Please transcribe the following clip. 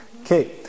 Okay